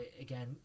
again